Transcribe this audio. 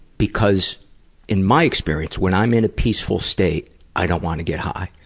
because in my experience, when i'm in a peaceful state i don't want to get high,